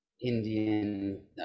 Indian